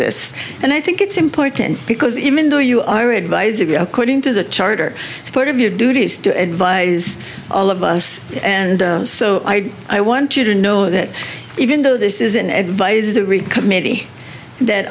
this and i think it's important because even though you are advisory according to the charter it's part of your duties to advise all of us and so i i want you to know that even though this is an advisory committee that